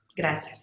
Gracias